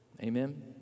Amen